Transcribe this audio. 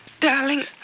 darling